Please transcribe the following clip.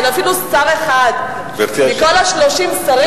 אפילו לא שר אחד מכל ה-30 שרים,